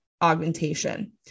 augmentation